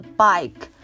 bike